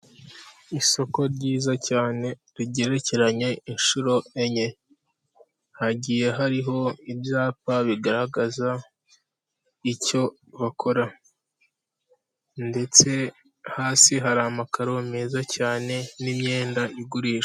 Isoko ryiza cyane rigerekeranye inshuro enye. Hagiye hariho ibyapa bigaragaza icyo bakora. Ndetse hasi hari amakaro meza cyane n'imyenda igurishwa.